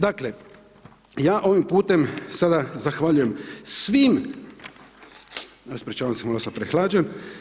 Dakle, ja ovim putem sada zahvaljujem svim, ispričavam se malo sam prehlađen.